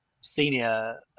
senior